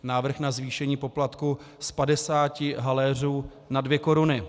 Návrh na zvýšení poplatku z 50 haléřů na 2 koruny.